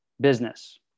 business